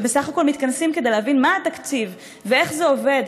שבסך הכול מתכנסת כדי להבין מה התקציב ואיך זה עובד,